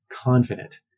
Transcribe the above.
confident